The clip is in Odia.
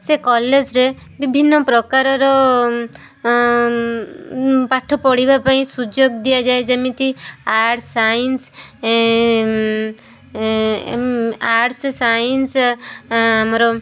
ସେ କଲେଜରେ ବିଭିନ୍ନ ପ୍ରକାରର ପାଠ ପଢ଼ିବା ପାଇଁ ସୁଯୋଗ ଦିଆଯାଏ ଯେମିତି ଆର୍ଟ୍ସ୍ ସାଇନ୍ସ୍ ଆର୍ଟ୍ସ୍ ସାଇନ୍ସ୍ ଆମର